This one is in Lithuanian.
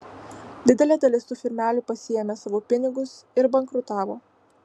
didelė dalis tų firmelių pasiėmė savo pinigus ir bankrutavo